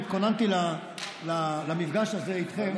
התכוננתי למפגש הזה איתכם,